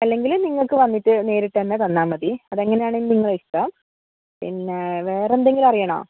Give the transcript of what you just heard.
അല്ലെങ്കിൽ നിങ്ങൾക്ക് വന്നിട്ട് നേരിട്ട് തന്നെ തന്നാൽ മതി അത് എങ്ങനെ ആണോ നിങ്ങളുടെ ഇഷ്ടം പിന്നെ വേറെ എന്തെങ്കിലും അറിയണോ